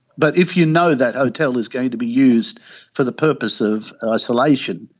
but if you know that hotel is going to be used for the purpose of isolation,